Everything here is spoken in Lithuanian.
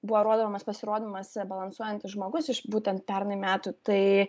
buvo rodomas pasirodymuose balansuojantis žmogus iš būtent pernai metų tai